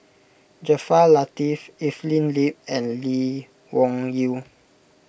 Jaafar Latiff Evelyn Lip and Lee Wung Yew